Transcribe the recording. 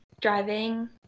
driving